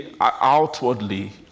outwardly